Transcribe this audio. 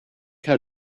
how